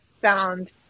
found